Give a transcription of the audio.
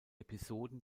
episoden